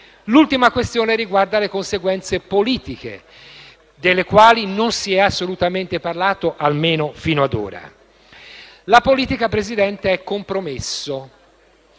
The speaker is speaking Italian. L'ultima questione riguarda le conseguenze politiche, delle quali non si è assolutamente parlato, almeno finora. La politica, signor Presidente, è compromesso.